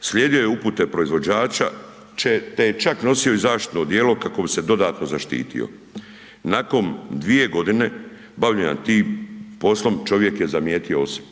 Slijedio je upute proizvođača, te je čak nosio i zaštitno odijelo kako bi se dodatno zaštitio. Nakon 2.g. bavljenja tim poslom, čovjek je zamijetio osip.